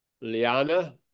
Liana